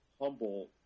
humble